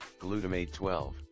glutamate-12